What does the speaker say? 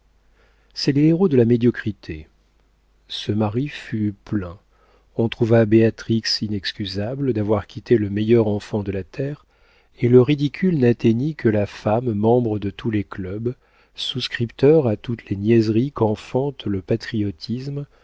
c'est les héros de la médiocrité ce mari fut plaint on trouva béatrix inexcusable d'avoir quitté le meilleur enfant de la terre et le ridicule n'atteignit que la femme membre de tous les clubs souscripteur à toutes les niaiseries qu'enfantent le patriotisme